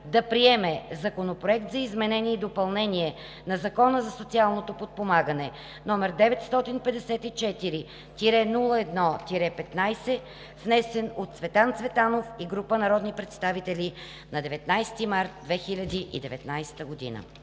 да приеме Законопроект за изменение и допълнение на Закона за социалното подпомагане, № 954-01-15, внесен от Цветан Цветанов и група народни представители на 19 март 2019 г.“